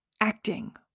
acting